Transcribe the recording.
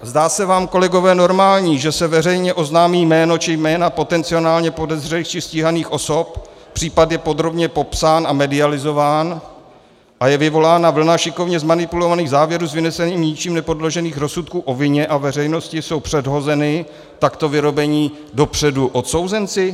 Zdá se vám, kolegové, normální, že se veřejně oznámí jméno či jména potenciálně podezřelých či stíhaných osob, případ je podrobně popsán a medializován a je vyvolána vlna šikovně zmanipulovaných závěrů z vynesených, ničím nepodložených rozsudků o vině a veřejnosti jsou předhozeny takto vyrobení dopředu odsouzenci?